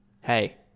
hey